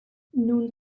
nun